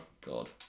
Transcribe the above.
God